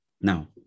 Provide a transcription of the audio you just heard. Now